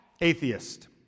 atheist